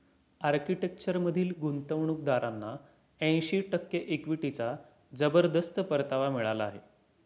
आर्किटेक्चरमधील गुंतवणूकदारांना ऐंशी टक्के इक्विटीचा जबरदस्त परतावा मिळाला आहे